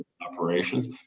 operations